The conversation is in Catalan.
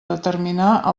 determinar